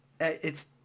It's-